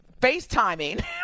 FaceTiming